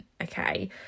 okay